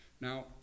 Now